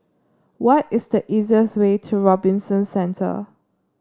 why is the easiest way to Robinson Centre